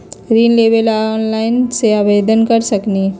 ऋण लेवे ला ऑनलाइन से आवेदन कर सकली?